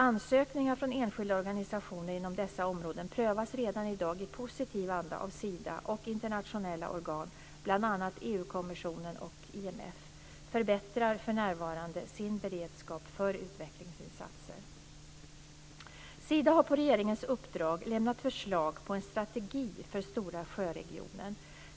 Ansökningar från enskilda organisationer inom dessa områden prövas redan i dag i positiv anda av Sida, och internationella organ, bl.a. EU-kommissionen och IMF, förbättrar för närvarande sin beredskap för utvecklingsinsatser. Sida har på regeringens uppdrag lämnat förslag på en strategi för Stora sjö-regionen.